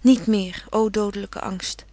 niet meer ô dodelyke angst